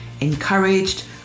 encouraged